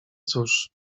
cóż